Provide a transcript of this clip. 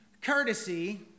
courtesy